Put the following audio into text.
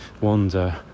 wander